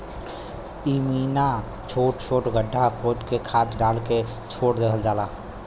इमिना छोट छोट गड्ढा खोद के खाद डाल के छोड़ देवल जाला